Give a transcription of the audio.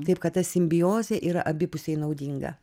taip kad ta simbiozė yra abipusiai naudinga